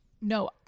No